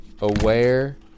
aware